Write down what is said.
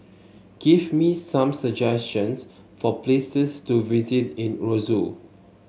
give me some suggestions for places to visit in Roseau